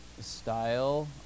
style